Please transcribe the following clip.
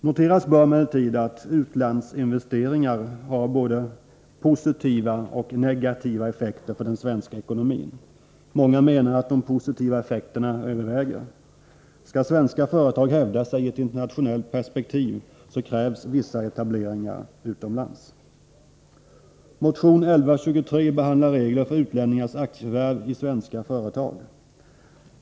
Noteras bör emellertid att utlandsinvesteringar har både positiva och negativa effekter för den svenska ekonomin. Många menar att de positiva effekterna överväger. Skall svenska företag hävda sig i ett internationellt perspektiv, så krävs vissa etableringar utomlands. Motion 1123 behandlar regler för utlänningars aktieförvärv i svenska företag.